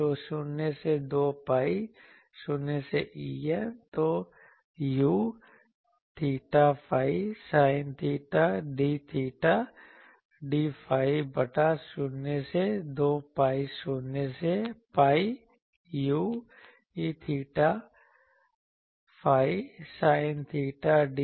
तो 0 से 2 pi 0 से 𝚹n तो U 𝚹ϕ sin theta d theta d phi बटा 0 से 2 pi 0 से pi U 𝚹ϕ sin theta d theta d phi